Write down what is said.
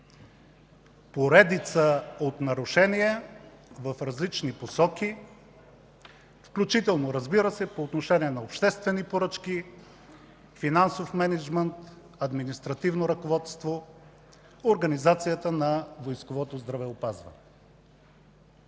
Поредица от нарушения в различни посоки, включително, разбира се, по отношение на обществени поръчки, финансов мениджмънт, административно ръководство, организацията на